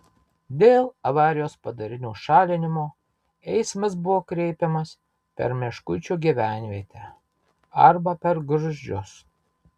dėl avarijos padarinių šalinimo eismas buvo kreipiamas per meškuičių gyvenvietę arba per gruzdžius